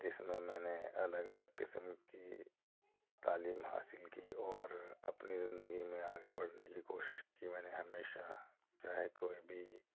جس میں میں نے الگ الگ قسم کی تعلیم حاصل کی اور اپنی زندگی میں آگے بڑھنے کی کوشش کی میں نے ہمیشہ چاہے کوئی بھی